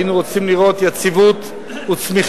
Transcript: היינו רוצים לראות יציבות וצמיחה,